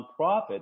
nonprofit